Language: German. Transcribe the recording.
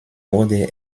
wurde